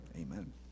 Amen